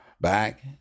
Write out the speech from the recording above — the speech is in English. back